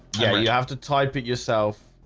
yeah, you have to type it yourself